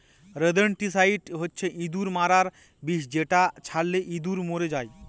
rodenticide হচ্ছে ইঁদুর মারার বিষ যেটা ছড়ালে ইঁদুর মরে যায়